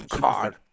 God